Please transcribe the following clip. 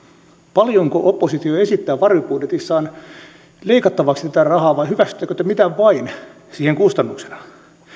paljonko oppositio esittää varjobudjetissaan leikattavaksi tätä rahaa vai hyväksyttekö te mitä vain siihen kustannuksena